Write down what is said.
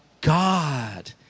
God